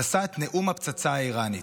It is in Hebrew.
נשא את נאום הפצצה האיראנית,